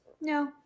No